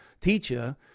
teacher